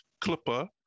clipper